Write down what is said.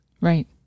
Right